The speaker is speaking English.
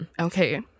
okay